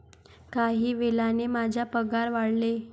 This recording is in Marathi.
काही वेळाने माझा पगार वाढेल